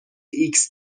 ایکس